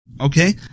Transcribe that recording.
okay